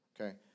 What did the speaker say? okay